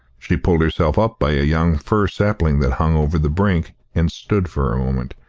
she pulled herself up by a young fir sapling that hung over the brink, and stood for a moment,